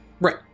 Right